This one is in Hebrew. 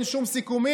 אין שום סיכומים,